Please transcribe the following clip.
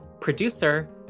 Producer